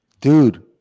Dude